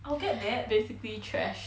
I'll get that basically trash